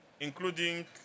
including